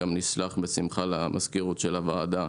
גם נשלח בשמחה למזכירות של הוועדה,